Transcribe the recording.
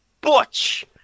Butch